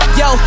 yo